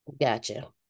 Gotcha